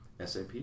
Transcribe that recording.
SAP